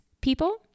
people